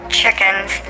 chickens